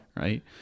Right